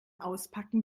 auspacken